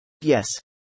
Yes